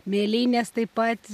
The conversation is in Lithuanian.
mėlynės taip pat